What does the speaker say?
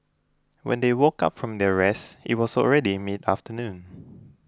when they woke up from their rest it was already mid afternoon